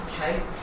okay